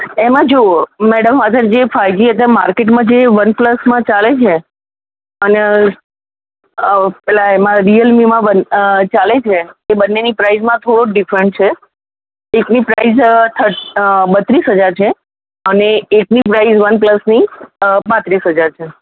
એમાં જુઓ મૅડમ અત્યારે જે ફાઇવજી અત્યારે માર્કેટમાં જે વનપ્લસમાં ચાલે છે અને અ પેલા એમાં રિયલમીમાં વન ચાલે છે એ બન્નેની પ્રાઇઝમાં થોડોક ડિફરન્સ છે એકની પ્રાઇઝ થર્ટ બત્રીસ હજાર છે અને એકની પ્રાઈઝ વનપ્લસની અ પાંત્રીસ હજાર છે